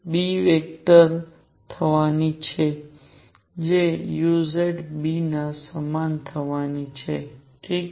B થવા ની છે જે zB ના સમાન થવાની છે ઠીક છે